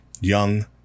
Young